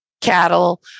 cattle